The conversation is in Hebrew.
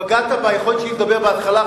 פגעת ביכולת שלי לדבר בהתחלה,